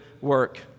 work